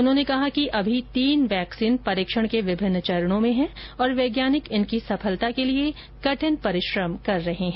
उन्होंने कहा कि अभी तीन वैक्सीन परीक्षण के विभिन्न चरणों में हैं और वैज्ञानिक इनकी सफलता के लिए कठिन परिश्रम कर रहे हैं